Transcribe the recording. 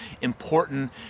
important